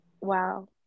wow